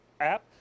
app